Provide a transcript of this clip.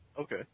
Okay